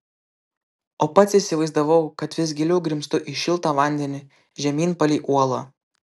o pats įsivaizdavau kad vis giliau grimztu į šiltą vandenį žemyn palei uolą